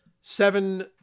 seven